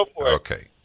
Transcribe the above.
okay